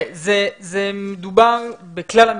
מדובר בכלל המשרדים,